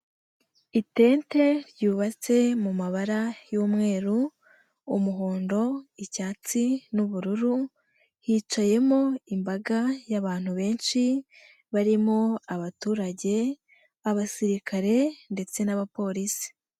Itente ryubatse mu mabara y'umweru, umuhondo, icyatsi n'ubururu, hicayemo imbaga y'abantu benshi, barimo abaturage, abasirikare ndetse n'abapolisi.